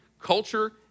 culture